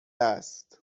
است